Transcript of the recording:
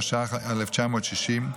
התש"ך 1960,